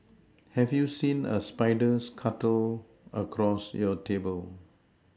have you seen a spider scuttle across your table